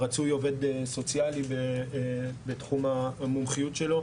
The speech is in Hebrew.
רצוי עובד סוציאלי בתחום המומחיות שלו,